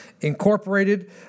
Incorporated